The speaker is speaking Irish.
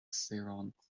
saoránacht